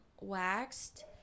waxed